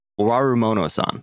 Warumono-san